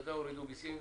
הורידו מיסים,